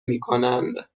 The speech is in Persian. میکنند